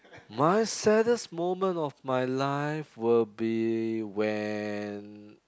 my saddest moment of my life will be when